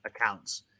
accounts